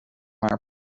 our